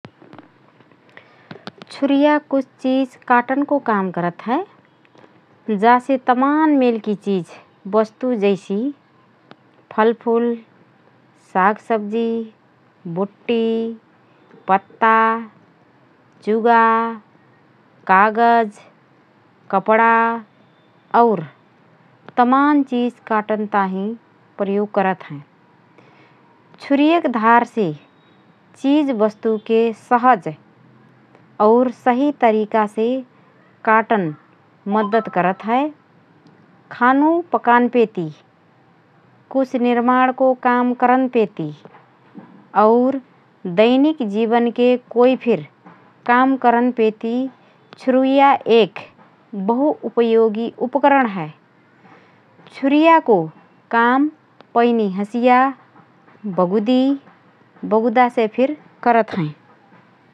छुरिया कुछ चिझ काटनको काम करत हए । जासे तमान मेलकी चिझ वस्तु जैसि: फलफूल, साग सब्जी, बुट्टी, पत्ता, चुगा, कागज, कपडा और तमान चिझ काटन ताहिँ प्रयोग करत हएँ । छुरियक धारसे चिझ वस्तुके सहज और सही तरिकासे काटन मद्दत करत हए । खानु पकानपेति, कुछ निर्माणको काम करनपेति और दैनिक जीवनके कोइ फिर काम करनपेति छुरिया एक बहुउपयोगी उपकरण हए । छुरियाको काम पैनि हँसिया, बगुदी, बगुदासे फिर करत हएँ ।